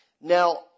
Now